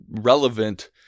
relevant